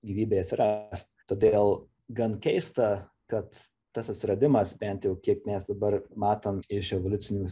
gyvybei atsirast todėl gan keista kad tas atsiradimas bent jau kiek mes dabar matom iš evoliucinių